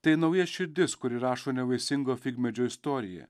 tai nauja širdis kur įrašo nevaisingo figmedžio istoriją